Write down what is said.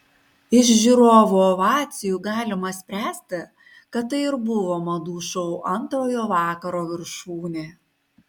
iš žiūrovų ovacijų galima spręsti kad tai ir buvo madų šou antrojo vakaro viršūnė